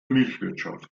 milchwirtschaft